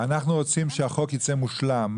אנחנו רוצים שהחוק ייצא מושלם,